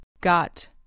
Got